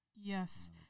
Yes